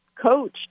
coach